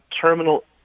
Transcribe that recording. terminal